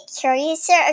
curiouser